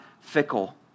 fickle